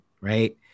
right